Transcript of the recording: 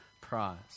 prize